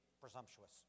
presumptuous